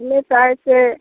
हमे चाहैत छियै